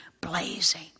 blazing